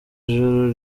ijoro